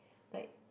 like